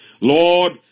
Lord